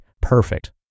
perfect